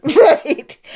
Right